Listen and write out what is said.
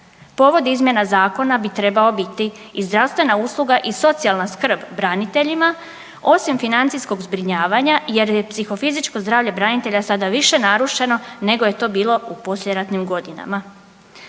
Povod izmjena zakona bi trebao biti i zdravstvena usluga i socijalna skrb braniteljima osim financijskog zbrinjavanja jer je psihofizičko zdravlje branitelja sada više narušeno nego je to bilo u poslijeratnim godinama.